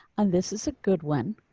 and this is a good one.